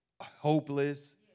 hopeless